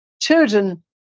children